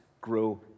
grow